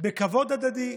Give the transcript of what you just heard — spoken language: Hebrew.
בכבוד הדדי,